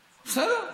בסדר.